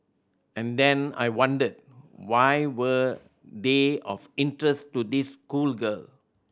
and then I wondered why were they of interest to this schoolgirl